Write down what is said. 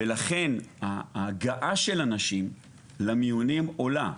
ולכן ההגעה של אנשים למיונים עולה.